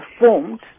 performed